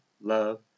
love